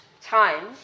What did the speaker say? time